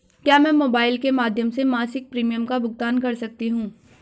क्या मैं मोबाइल के माध्यम से मासिक प्रिमियम का भुगतान कर सकती हूँ?